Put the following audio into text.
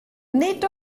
nid